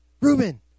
Reuben